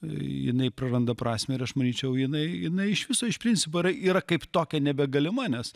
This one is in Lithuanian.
jinai praranda prasmę ir aš manyčiau jinai jinai iš viso iš principo yra yra kaip tokia nebegalima nes